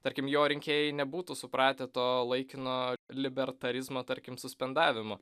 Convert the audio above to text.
tarkim jo rinkėjai nebūtų supratę to laikino libertarizmo tarkim suspendavimo